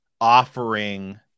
offering